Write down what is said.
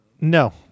No